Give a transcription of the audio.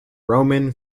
roman